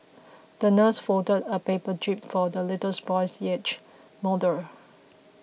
the nurse folded a paper jib for the little boy's yacht model